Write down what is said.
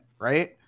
right